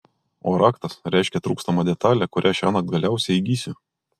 o raktas reiškia trūkstamą detalę kurią šiąnakt galiausiai įgysiu